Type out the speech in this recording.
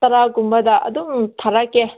ꯇꯔꯥꯒꯨꯝꯕꯗ ꯑꯗꯨꯝ ꯊꯥꯔꯛꯀꯦ